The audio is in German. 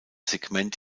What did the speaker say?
segment